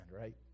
right